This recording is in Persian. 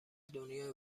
دنیای